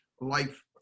life